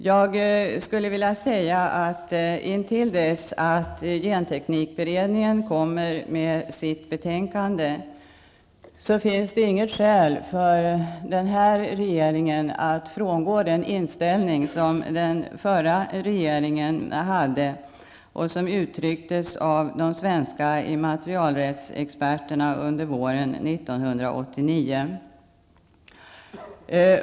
Jag skulle vilja säga att intill dess att genteknikberedningen kommer med sitt betänkande, finns det inget skäl för den här regeringen att frångå den inställning som den förra regeringen hade och som uttrycktes av de svenska immaterialrättsexperterna under våren 1989.